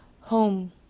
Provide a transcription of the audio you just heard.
home